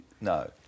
No